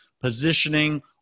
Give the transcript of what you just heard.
positioning